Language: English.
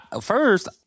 first